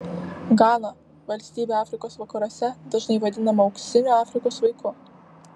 gana valstybė afrikos vakaruose dažnai vadinama auksiniu afrikos vaiku